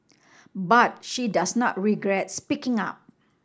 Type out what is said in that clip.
but she does not regrets speaking up